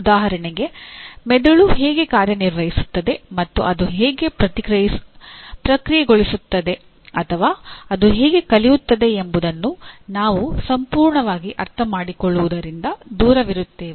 ಉದಾಹರಣೆಗೆ ಮೆದುಳು ಹೇಗೆ ಕಾರ್ಯನಿರ್ವಹಿಸುತ್ತದೆ ಮತ್ತು ಅದು ಹೇಗೆ ಪ್ರಕ್ರಿಯೆಗೊಳಿಸುತ್ತದೆ ಅಥವಾ ಅದು ಹೇಗೆ ಕಲಿಯುತ್ತದೆ ಎಂಬುದನ್ನು ನಾವು ಸಂಪೂರ್ಣವಾಗಿ ಅರ್ಥಮಾಡಿಕೊಳ್ಳುವುದರಿಂದ ದೂರವಿರುತ್ತೇವೆ